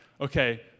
okay